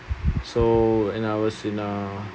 so and I was in uh